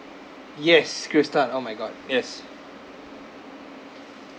yes chris tan oh my god yes